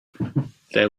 there